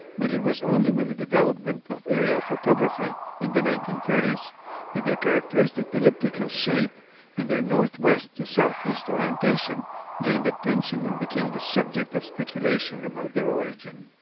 but it was only with the development of aerial photography in the nineteen thirty s that their characteristic elliptical shape and their northwest-to-southeast orientation gained attention and became the subject of speculation about their origin.